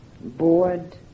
bored